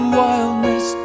wildness